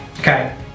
Okay